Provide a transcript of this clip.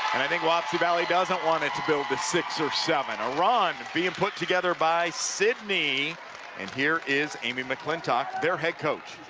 and i think wapsie valley doesn't want it to build to six or seven a run being put together by sidney, and here is amy mcclintock, their head coach.